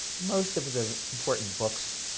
most of the important books